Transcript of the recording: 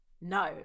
No